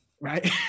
Right